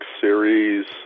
series